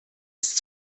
ist